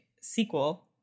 sequel